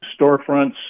storefronts